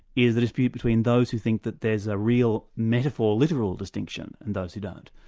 is the dispute between those who think that there's a real metaphor, literal distinction, and those who don't.